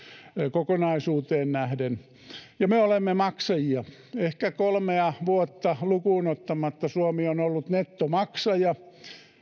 kokonaisuuteen nähden ja me olemme maksajia ehkä kolmea vuotta lukuun ottamatta suomi on ollut nettomaksaja